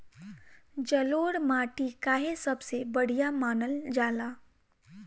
जलोड़ माटी काहे सबसे बढ़िया मानल जाला?